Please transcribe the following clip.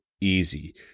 easy